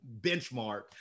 benchmark